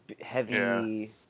heavy